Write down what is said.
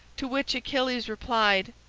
to which achilles replied,